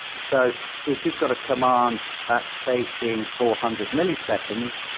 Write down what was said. so if you've got a command that's taking four hundred milliseconds,